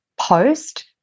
post